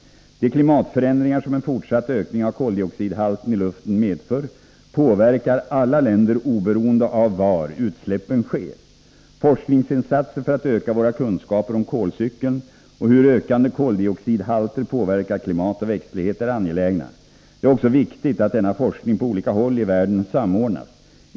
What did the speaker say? De klimatförändringar som en fortsatt ökning av kolodioxidhalten i luften medför påverkar alla länder, oberoende av var utsläppen sker. Forskningsinsatser för att öka våra kunskaper om kolcykeln och hur ökande koldioxidhalter påverkar klimat och växtlighet är angelägna. Det är också viktigt att denna forskning på olika håll i världen samordnas.